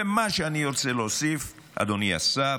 ומה שאני רוצה להוסיף, אדוני השר,